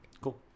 Cool